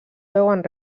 veuen